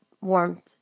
warmth